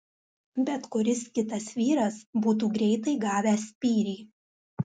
bet kuris kitas vyras būtų greitai gavęs spyrį